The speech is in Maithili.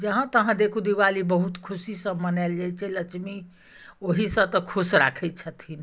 जहाँ तहाँ देखू दिवाली बहुत खुशीसँ मनायल जाइत छै लक्ष्मी ओहीसँ तऽ खुश राखैत छथिन